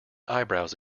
eyebrows